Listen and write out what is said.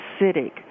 acidic